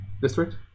district